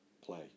play